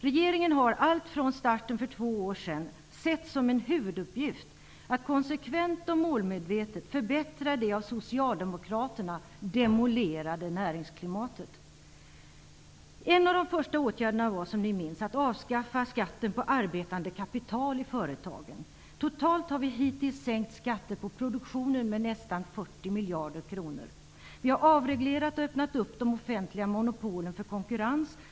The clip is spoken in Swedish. Regeringen har alltifrån starten för två år sedan sett som en huvuduppgift att konsekvent och målmedvetet förbättra det av socialdemokraterna demolerade näringsklimatet. En av de första åtgärderna var, som ni minns, att avskaffa skatten på arbetande kapital i företagen. Totalt har vi hittills sänkt skatter på produktionen med nästan 40 miljarder kronor. Vi har avreglerat och öppnat de offentliga monopolen för konkurrens.